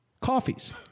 coffees